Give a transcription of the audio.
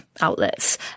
outlets